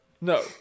No